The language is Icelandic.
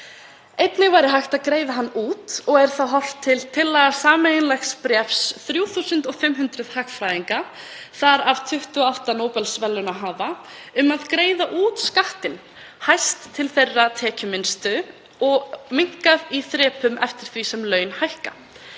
Einnig væri hægt að greiða hann út og er þá horft til tillagna í sameiginlegu bréfi 3.500 hagfræðinga, þar af 28 Nóbelsverðlaunahafa, um að greiða út skattinn, mest til þeirra tekjuminnstu og lækka í þrepum eftir því sem laun hækka.